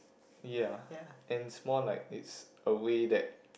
ye and it's more like it's a way that